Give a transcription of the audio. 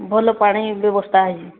ଭଲ ପାଣି ବ୍ୟବସ୍ଥା